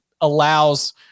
allows